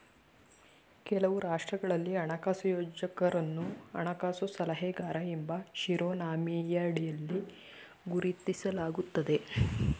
ಕೆಲವು ರಾಷ್ಟ್ರಗಳಲ್ಲಿ ಹಣಕಾಸು ಯೋಜಕರನ್ನು ಹಣಕಾಸು ಸಲಹೆಗಾರ ಎಂಬ ಶಿರೋನಾಮೆಯಡಿಯಲ್ಲಿ ಗುರುತಿಸಲಾಗುತ್ತದೆ